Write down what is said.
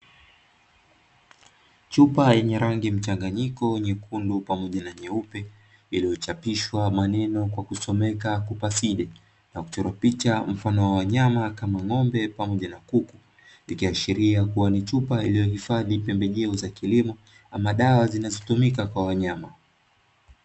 Chupa yenye rangi mchanganyiko nyekundu pamoja na nyeupe, iliyochapishwa maneno kwa kusomeka kupaside, na kuchorwa picha mfano wa wanyama kama ng’ombe pamoja na kuku, ikiashiria kuwa ni chupa iliyohifadhi pembejeo za kilimo, ama dawa zinazotumika kwa wanyama.